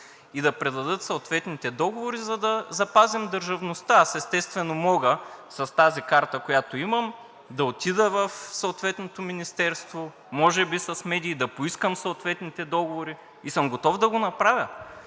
и да предадат съответните договори, за да запазим държавността. Аз, естествено, мога с тази карта, която имам, да отида в съответното министерство – може би с медии, да поискам съответните договори и съм готов да го направя.